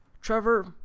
Trevor